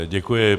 Děkuji.